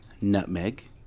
nutmeg